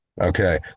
Okay